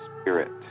spirit